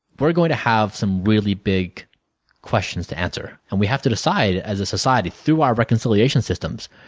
we are going to have some really big questions to answer and we have to decide as a society through our reconciliation systems,